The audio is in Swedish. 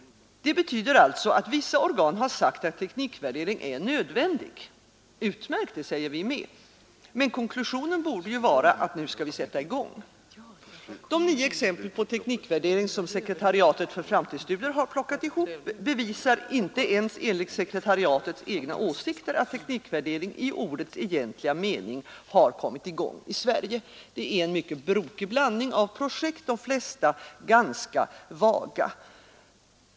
Detta betyder alltså att vissa organ sagt att teknikvärdering är nödvändig. Utmärkt, det säger vi också! Men konklusionen borde ju vara att nu skall vi sätta i gång. De nio exempel på teknikvärdering som sekretariatet för framtidsstudier plockat ihop bevisar inte ens enligt sekretariatets egna åsikter att teknikvärdering i ordets egentliga mening har kommit i gång i Sverige. Det är en mycket brokig blandning av projekt — de flesta ganska vaga.